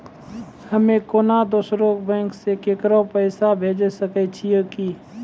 हम्मे कोनो दोसरो बैंको से केकरो पैसा भेजै सकै छियै कि?